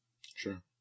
Sure